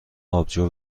آبجو